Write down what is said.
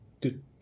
good